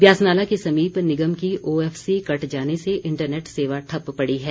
ब्यासनाला के समीप निगम की ओएफसी कट जाने से इंटरनेट सेवा ठप्प पड़ी है